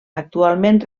actualment